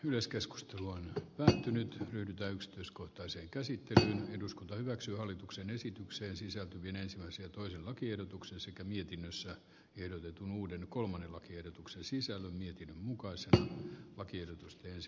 yleiskeskustelu on vähentynyt ryhdytä yksityiskohtaisen käsitteen eduskunta hyväksyy hallituksen esitykseen sisältyvineen se on lakiehdotuksen sekä mietinnössä ehdotetun uuden kolmannen lakiehdotuksen sisällön mukaiseen hyvä teko